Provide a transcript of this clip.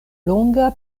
longa